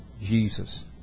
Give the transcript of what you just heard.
Jesus